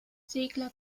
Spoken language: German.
segler